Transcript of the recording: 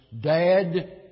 Dad